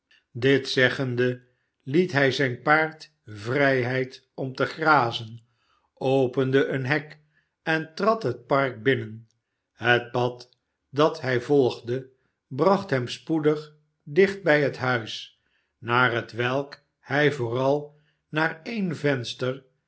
dit zeggende liet hij zijn paard vrijheid om te grazen cpende een hek en trad het park binnen het pad dat hij volgde bracht hem spoedig dicht bij het huis naar hetwelk hij vooral naar e'en venster